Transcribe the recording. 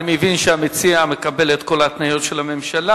אני מבין שהמציע מקבל את כל ההתניות של הממשלה.